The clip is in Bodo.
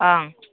ओं